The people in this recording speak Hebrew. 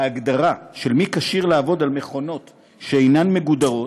ההגדרה מי כשיר לעבוד על מכונות שאינן מגודרות,